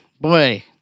Boy